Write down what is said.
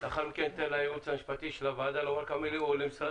ולאחר מכן ניתן לייעוץ המשפטי של הוועדה לומר כמה מלים או למשרד